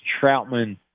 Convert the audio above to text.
Troutman